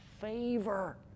favor